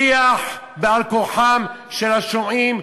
שיח בעל כורחם של השומעים,